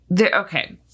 okay